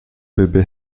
bebê